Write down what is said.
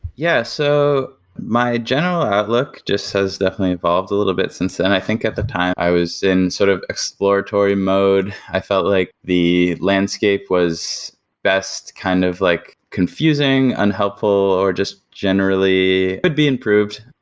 yeah. so my general outlook just has definitely evolved a little bit since then. i think at the time, i was in sort of exploratory mode. i felt like the landscape was best kind of like confusing, unhelpful, or just generally could be improved.